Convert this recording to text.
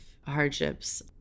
hardships